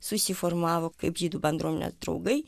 susiformavo kaip žydų bendruomenės draugai